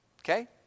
Okay